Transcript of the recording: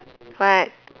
what